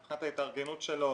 מבחינת ההתארגנות שלו,